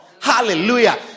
Hallelujah